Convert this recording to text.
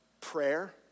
Prayer